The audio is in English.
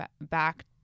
back